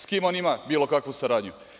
S kim on ima bilo kakvu saradnju?